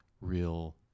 real